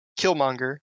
killmonger